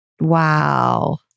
Wow